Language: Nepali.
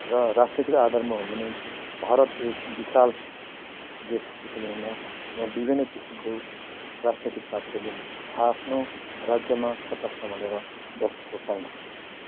र राजनीतिको आधारमा हो भने भारत एक विशाल देश भएकोले हुन यहाँ विभिन्न किसिमको राजनैतिक पार्टीहरूले आ आफ्नो राज्यमा सत्ता सम्हालेर बसेको पाइन्छ